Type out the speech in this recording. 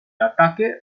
ataque